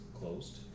closed